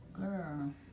Girl